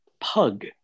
pug